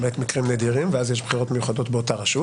למעט מקרים נדירים ואז יש בחירות מיוחדות באותה רשות